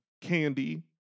candy